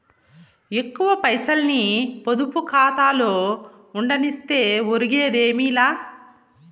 ఎక్కువ పైసల్ని పొదుపు కాతాలో ఉండనిస్తే ఒరిగేదేమీ లా